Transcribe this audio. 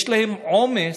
יש להם עומס,